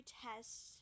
tests